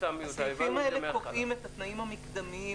הסעיפים הללו קובעים את התנאים המקדמיים